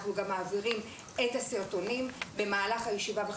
אנחנו גם מעבירים את הסרטונים שהזכרתי.